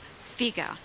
figure